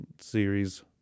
series